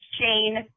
Shane